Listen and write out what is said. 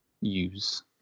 use